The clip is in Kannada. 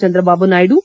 ಚಂದ್ರಬಾಬು ನಾಯ್ಡು